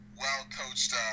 well-coached